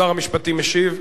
שר המשפטים משיב.